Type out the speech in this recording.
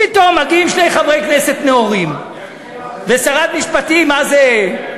פתאום מגיעים שני חברי כנסת נאורים ושרת משפטים מה-זה-חבל-על-הזמן,